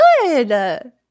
good